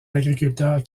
agriculteurs